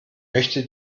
möchte